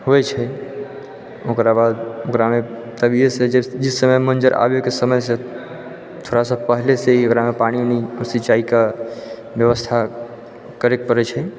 होइ छै ओकरा बाद ओकरामे तभिएसँ जिस समय मञ्जर आबैके समयसँ थोड़ा सा पहलेसँ ही ओकरामे पानी उनी सिंचाइके बेबस्था करै पड़ै छै